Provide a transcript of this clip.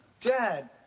Dad